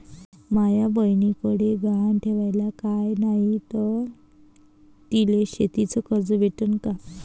माया बयनीकडे गहान ठेवाला काय नाही तर तिले शेतीच कर्ज भेटन का?